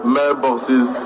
Mailboxes